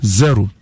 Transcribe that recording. zero